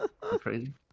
crazy